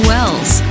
Wells